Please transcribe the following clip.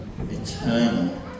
Eternal